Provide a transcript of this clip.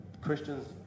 Christians